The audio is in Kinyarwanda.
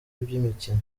by’imikino